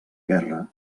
guerra